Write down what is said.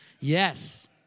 Yes